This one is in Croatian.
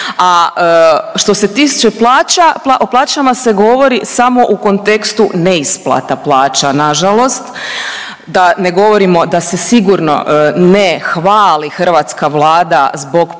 a što se tiče plaća, o plaćama se govori samo u kontekstu neisplata plaća na žalost, da ne govorimo da se sigurno ne hvali hrvatska Vlada zbog pada